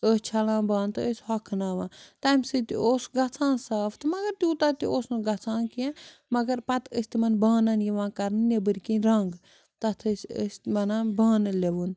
ٲسۍ چھَلان بانہٕ تہٕ ٲسۍ ہۄکھناوان تَمہِ سۭتۍ تہِ اوس گَژھان صاف تہٕ مگر تیوٗتاہ تہِ اوس نہٕ گَژھان کیٚنٛہہ مگر پَتہٕ ٲسۍ تِمَن بانَن یِوان کَرنہٕ نیٚبٕرۍ کِنۍ رنٛگ تَتھ ٲسۍ أسۍ وَنان بانہٕ لِوُن